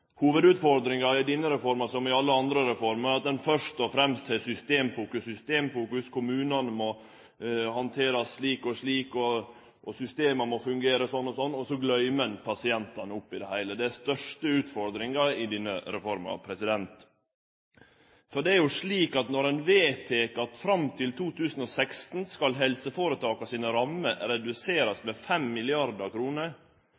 Hovudutfordringa i denne reforma, som i alle andre reformer, er at ein først og fremst har systemfokus. Kommunane må handterast slik og slik og systema må fungere slik og slik, og så gløymer ein pasientane oppi det heile. Det er den største utfordringa i denne reforma. Ein vedtek no at fram til 2016 skal helseføretaka sine rammer